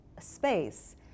space